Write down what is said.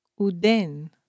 uden